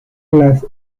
las